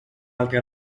altra